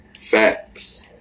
Facts